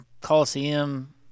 Coliseum